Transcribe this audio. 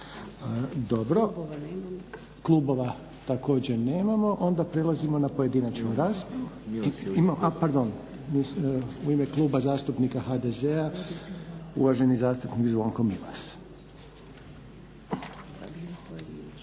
Dobro. Klubova također nemamo. Onda prelazimo na pojedinačnu raspravu. Ima? A pardon. U ime Kluba zastupnika HDZ-a uvaženi zastupnik Zvonko Milas.